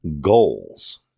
goals